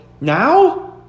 now